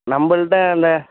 நம்பள்கிட்ட அந்த